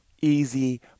easy